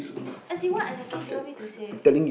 as in what exactly do you want me to say